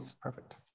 Perfect